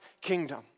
kingdom